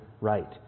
right